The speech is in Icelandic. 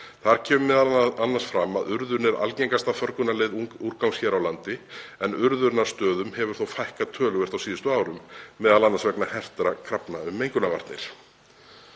Þar kemur m.a. fram að urðun er algengasta förgunarleið úrgangs hér á landi en urðunarstöðum hefur þó fækkað töluvert á síðustu árum, m.a. vegna hertra krafna um mengunarvarnir.